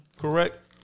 correct